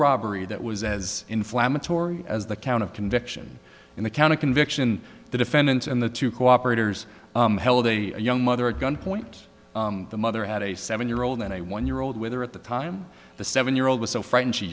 robbery that was as inflammatory as the count of conviction in the count of conviction the defendant and the two cooperators held a young mother at gunpoint the mother had a seven year old and a one year old with her at the time the seven year old was so frightened she